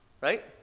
Right